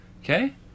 okay